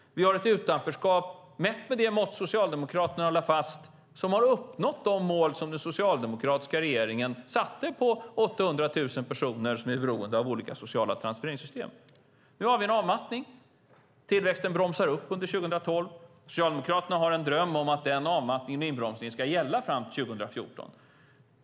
Vi har ett utanförskap som, mätt med det mått som Socialdemokraterna lade fast, har uppnått de mål som den socialdemokratiska regeringen satte på 800 000 personer som är beroende av olika sociala transfereringssystem. Nu har vi en avmattning. Tillväxten bromsar upp under 2012. Socialdemokraterna har en dröm om att den avmattningen och inbromsningen ska gälla fram till 2014.